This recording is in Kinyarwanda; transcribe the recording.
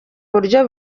buryo